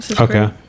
Okay